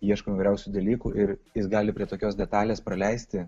ieškome įvairiausių dalykų ir jis gali prie tokios detalės praleisti